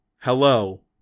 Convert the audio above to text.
Hello